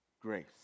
grace